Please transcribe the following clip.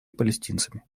палестинцами